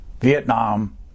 Vietnam